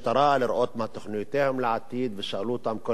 תוכניותיהם לעתיד ושאלו אותם כל מיני שאלות.